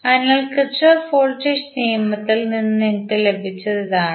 അതിനാൽ Kirchhoff voltage നിയമത്തിൽ നിന്ന് നിങ്ങൾക്ക് ലഭിച്ചത് ഇതാണ്